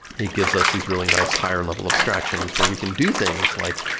it gives us these really nice higher level abstractions, where we can do things like,